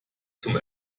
zum